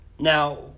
Now